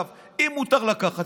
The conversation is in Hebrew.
אם מותר לקחת,